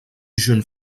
jeune